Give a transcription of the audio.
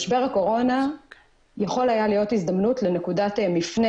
משבר הקורונה יכול היה להיות הזדמנות לנקודת מפנה